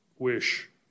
wish